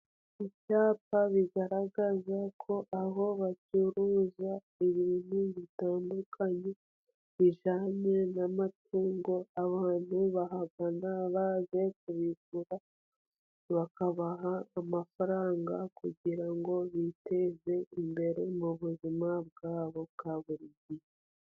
Ibyapa bigaragaza ko aho bacuruza ibintu bitandukanye, bijyanye n'amatungo, abantu bahagana baje kubigura bakabaha amafaranga, kugira ngo biteze imbere mu buzima bwabo bwa buri gihe.